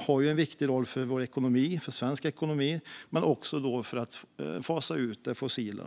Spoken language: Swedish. har en viktig roll för svensk ekonomi och för att fasa ut det fossila.